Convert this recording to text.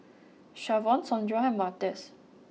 Shavon Sondra and Martez